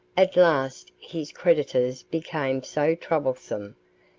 at last his creditors became so troublesome,